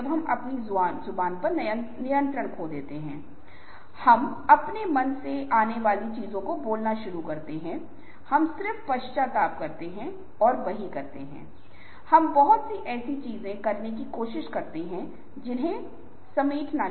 अंतिम रूप से आप व्यायाम देखते हैं इसे बाल्टी मे पत्थर या समय प्रबंधन टाइम मैनेजमेंट कार्य कहा जाता है और यहाँ पाँच तत्व हैं एक बाल्टी है कुछ बड़ी चट्टानें कुछ छोटे पत्थर कुछ रेत और पानी